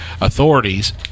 Authorities